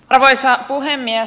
arvoisa puhemies